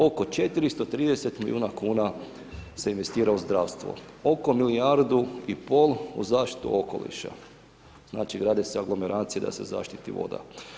Oko 430 milijuna kuna se investira u zdravstvo, oko milijardu i pol u zaštitu okoliša, znači, grade se aglomeracije da se zaštiti voda.